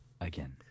Again